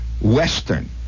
Western